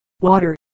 Water